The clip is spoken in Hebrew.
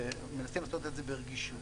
מנסים לעשות את זה ברגישות.